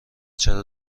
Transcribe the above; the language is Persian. چرا